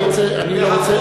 שיקול הדעת, לא, אני לא רוצה.